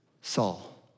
Saul